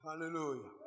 Hallelujah